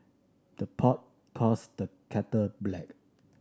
the pot calls the kettle black